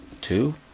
Two